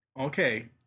Okay